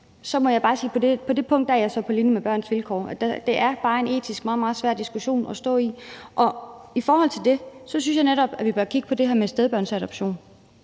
så må jeg bare sige, at jeg på det punkt er på linje med Børns Vilkår. Det er bare en etisk meget, meget svær diskussion at tage. I forhold til det synes jeg netop, at vi bør kigge på det her med stedbørnsadoption.